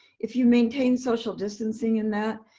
if you maintain social distancing in that,